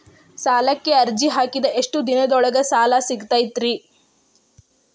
ಸಾಲಕ್ಕ ಅರ್ಜಿ ಹಾಕಿದ್ ಎಷ್ಟ ದಿನದೊಳಗ ಸಾಲ ಸಿಗತೈತ್ರಿ?